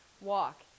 walk